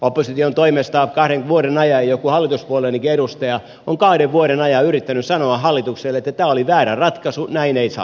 opposition toimesta on kahden vuoden ajan yritetty joku hallituspuolueennekin edustaja on kahden vuoden ajan yrittänyt sanoa hallitukselle että tämä oli väärä ratkaisu näin ei saa tehdä